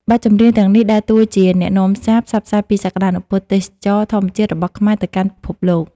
បទចម្រៀងទាំងនេះដើរតួជាអ្នកនាំសារ ផ្សព្វផ្សាយពីសក្ដានុពលទេសចរណ៍ធម្មជាតិរបស់ខ្មែរទៅកាន់ពិភពលោក។